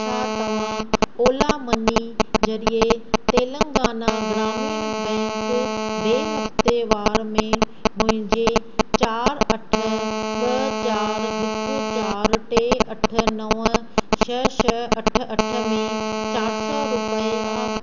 छा तव्हां ओला मनी ज़रिए तेलंगाना ग्रामीण बैंक ब॒ हफ़्तेवारु में मुंहिंजे चार अठ ब॒ चारि हिकु चार टे अठ नव छह छह अठ अठ में चारि सौ रुपिया